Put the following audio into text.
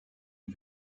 die